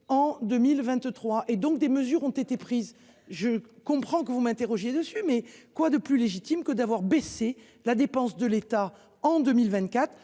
en 2023. Oui, des mesures ont été prises. Je comprends que vous m’interrogiez sur ce sujet, mais quoi de plus légitime que d’avoir baissé la dépense de l’État en 2024